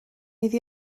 iddi